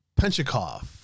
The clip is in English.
Penchikov